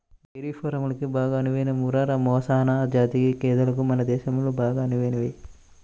dairy ఫారంలకు బాగా అనువైన ముర్రా, మెహసనా జాతి గేదెలు మన దేశంలో బాగా అనువైనవి